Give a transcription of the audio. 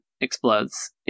explodes